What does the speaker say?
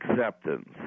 Acceptance